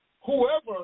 whoever